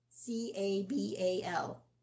C-A-B-A-L